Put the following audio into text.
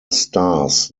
stars